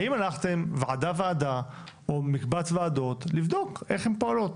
האם הלכתם ועדה ועדה או מקבץ ועדות לבדוק איך הן פועלות?